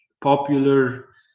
popular